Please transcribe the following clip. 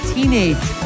Teenage